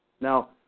Now